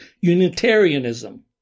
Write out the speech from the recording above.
Unitarianism